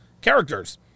characters